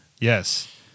Yes